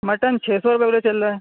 mutton چھ سو روپئے بولے چل رہا ہے